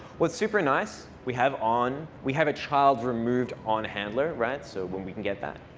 what's super nice, we have on. we have a child removed on handler, right, so when we can get that.